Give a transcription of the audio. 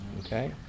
okay